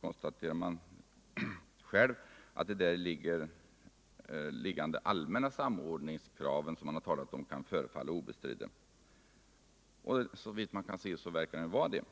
konstateras att de däri liggande allmänna samordningskraven kan förefalla obestridda. Såvitt man kan se verkar de också obestridda.